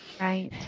Right